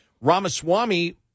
Ramaswamy